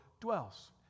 dwells